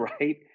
Right